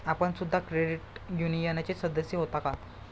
आपण सुद्धा क्रेडिट युनियनचे सदस्य होता का?